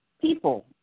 people